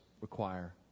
require